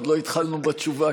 עוד לא התחלנו בתשובה,